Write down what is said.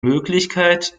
möglichkeit